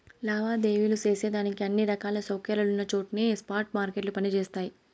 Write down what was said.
లావాదేవీలు సేసేదానికి అన్ని రకాల సౌకర్యాలున్నచోట్నే స్పాట్ మార్కెట్లు పని జేస్తయి